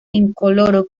incoloro